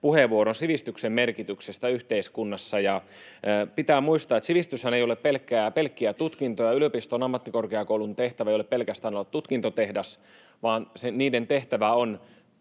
puheenvuoron sivistyksen merkityksestä yhteiskunnassa. Pitää muistaa, että sivistyshän ei ole pelkkiä tutkintoja. Yliopiston ja ammattikorkeakoulun tehtävä ei ole pelkästään olla tutkintotehdas, vaan niiden tehtävä on